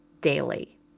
daily